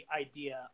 idea